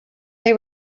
they